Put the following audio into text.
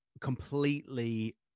completely